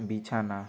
বিছানা